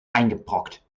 eingebrockt